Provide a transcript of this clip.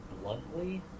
bluntly